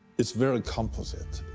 it's very composite.